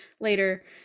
later